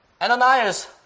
Ananias